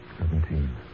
Seventeen